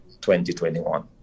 2021